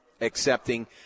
accepting